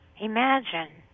Imagine